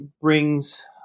brings